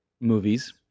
movies